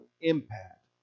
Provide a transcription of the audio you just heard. impact